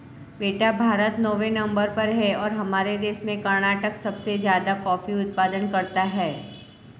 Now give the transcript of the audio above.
बेटा भारत नौवें नंबर पर है और हमारे देश में कर्नाटक सबसे ज्यादा कॉफी उत्पादन करता है